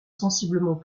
sensiblement